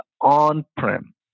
on-prem